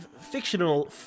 fictional